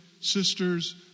sisters